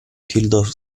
tildor